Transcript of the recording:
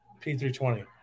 P320